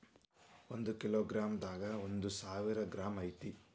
ಒಂದ kilogram ದಾಗ ಒಂದ ಸಾವಿರ ಗ್ರಾಂ ಐತಿ